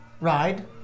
ride